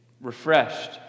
refreshed